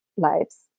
lives